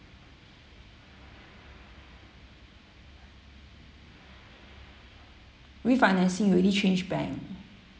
refinancing already change bank